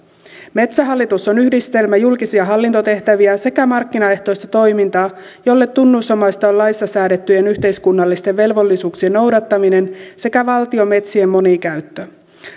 metsähallitus on yhdistelmä julkisia hallintotehtäviä sekä markkinaehtoista toimintaa jolle tunnusomaista on laissa säädettyjen yhteiskunnallisten velvollisuuksien noudattaminen sekä valtion metsien monikäyttö